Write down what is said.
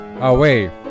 away